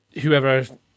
whoever